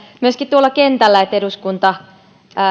myöskin tuolla kentällä että eduskunta